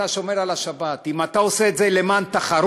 אתה שומר על השבת, אם אתה עושה את זה למען תחרות